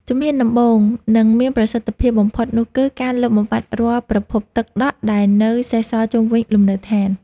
ជំហានដំបូង និងមានប្រសិទ្ធភាពបំផុតនោះគឺការលុបបំបាត់រាល់ប្រភពទឹកដក់ដែលនៅសេសសល់ជុំវិញលំនៅដ្ឋាន។